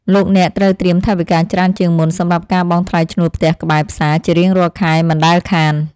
លោកអ្នកត្រូវត្រៀមថវិកាច្រើនជាងមុនសម្រាប់ការបង់ថ្លៃឈ្នួលផ្ទះក្បែរផ្សារជារៀងរាល់ខែមិនដែលខាន។